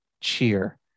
cheer